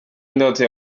indoto